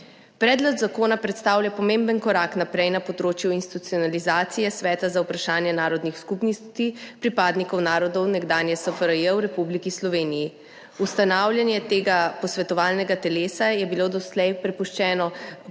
Predlog zakona predstavlja pomemben korak naprej na področju institucionalizacije Sveta za vprašanja narodnih skupnosti pripadnikov narodov nekdanje SFRJ v Republiki Sloveniji. Ustanavljanje tega posvetovalnega telesa je bilo doslej prepuščeno